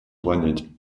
планете